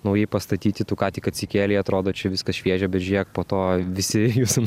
naujai pastatyti tu ką tik atsikėlei atrodo čia viskas šviežia bet žiūrėk po to visi jūsų